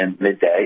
midday